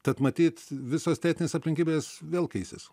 tad matyt visos teisinės aplinkybės vėl keisis